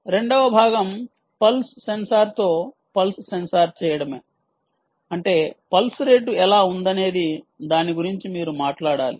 రెండవ భాగం పల్స్ సెన్సార్తో పల్స్ సెన్సార్ చేయడమే అంటే పల్స్ రేటు ఎలా ఉందనే దాని గురించి మీరు మాట్లాడాలి